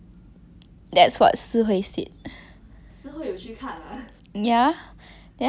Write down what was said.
then 他讲那个照片会歪掉因为他 like 拉来拉去他的身体